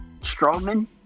Strowman